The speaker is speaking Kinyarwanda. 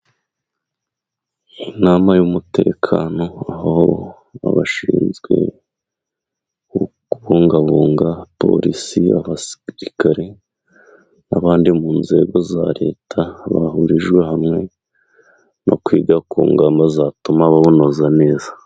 Inama y'umutekano aho abashinzwe kubungabunga polisi, abasirikare, n'abandi mu nzego za leta bahurijwe hamwe no kwiga ku ngamba zatuma bawunoza neza.